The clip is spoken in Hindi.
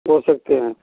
बो सकते हैं